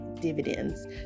dividends